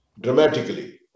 dramatically